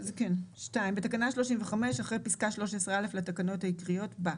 (2)בתקנה 35 אחרי פסקה (13א) לתקנות העיקריות בא:"